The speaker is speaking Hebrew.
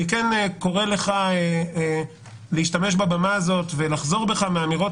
אני קורא לך להשתמש בבמה הזאת ולחזור בך מהאמירות